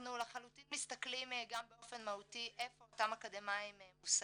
אנחנו לחלוטין מסתכלים גם באופן מהותי איפה אותם אקדמאים מושמים,